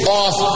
off